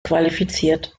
qualifiziert